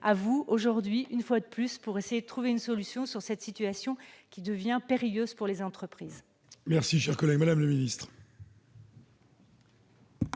à vous aujourd'hui, une fois de plus, pour essayer de trouver une solution à cette situation, qui devient périlleuse pour les entreprises. La parole est à Mme la garde